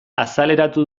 azaleratu